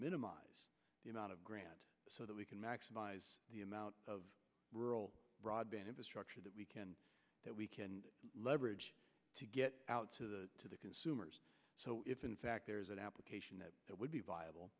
minimize the amount of grant so that we can maximize the amount of rural broadband infrastructure that we can that we can leverage to get out to the to the consumers so if in fact there is an application that would be viable